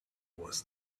was